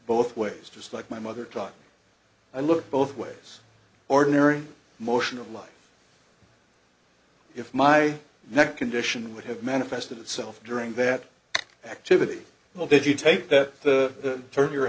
both ways just like my mother taught and look both ways ordinary motion of life if my neck condition would have manifested itself during that activity well did you take that the turn your